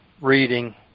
reading